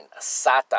Sata